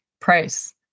price